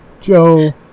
Joe